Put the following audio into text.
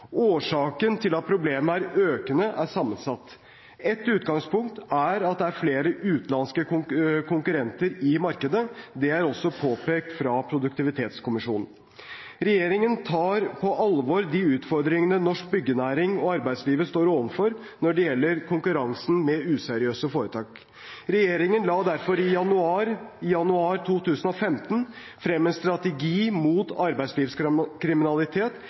Årsaken til at problemet er økende, er sammensatt. Et utgangspunkt er at det er flere utenlandske konkurrenter i markedet. Det er også påpekt fra produktivitetskommisjonen. Regjeringen tar på alvor de utfordringene norsk byggenæring og arbeidslivet står overfor når det gjelder konkurransen med useriøse foretak. Regjeringen la derfor i januar 2015 frem en strategi mot